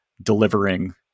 Delivering